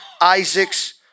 Isaacs